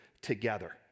together